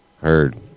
Heard